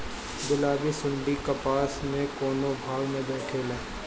गुलाबी सुंडी कपास के कौने भाग में बैठे ला?